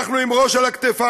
אנחנו עם ראש על הכתפיים,